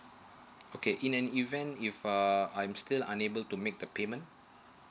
okay in an event if uh I'm still unable to make the payment